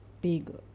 big